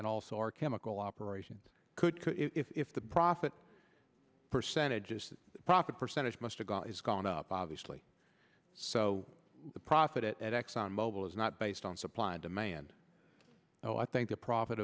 and also our chemical operations could if the profit percentages profit percentage must've gone it's gone up obviously so the profit at exxon mobil is not based on supply and demand so i think the profit